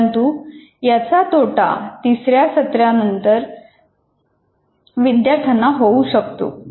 परंतु याचा तोटा तिसऱ्या सत्रानंतर विद्यार्थ्यांना होऊ शकतो